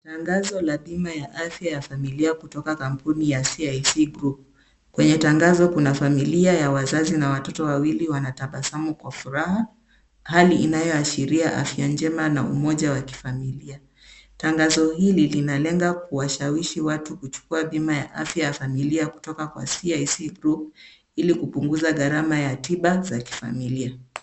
Tangazo labima la afya ya familia kutoka kampuni ya cic group. Kwenye tangazo kuna familia na ya wazazi na watoto wawili wakitabasamu kwa furaha, hali inayoashiria afya njema na umaja wakifamilia. Tangazo hili linalenga kuwashawishi watu kuchukua bima ya afya ya familia kutoka cic group ili kupunguza garama ya tiba za familia.